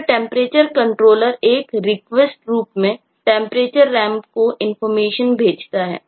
अतः TemperatureController एक request रूप में TemperatureRamp को इंफॉर्मेशन भेजता है